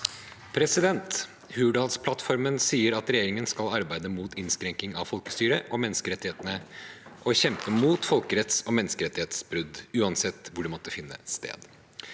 «Hur- dalsplattformen sier at regjeringen skal arbeide mot innskrenking av folkestyret og menneskerettighetene og kjempe mot folkeretts- og menneskerettsbrudd uansett hvor de måtte finne sted.